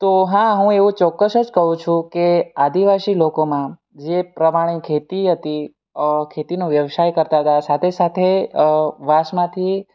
તો હા હું એવું ચોકકસ જ કહું છું કે આદિવાસી લોકોમાં જે પ્રમાણે ખેતી હતી ખેતીનો વ્યવસાય કરતા હતા સાથે સાથે વાંસમાંથી